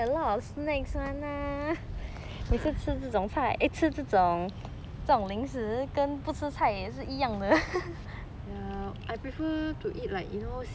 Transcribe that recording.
ya I prefer to eat like you know seaweed I like to eat pocky also